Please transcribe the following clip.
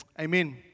Amen